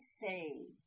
say